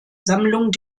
sammlung